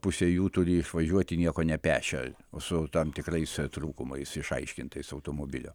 pusė jų turi išvažiuoti nieko nepešę o su tam tikrais trūkumais išaiškintais automobilio